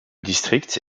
district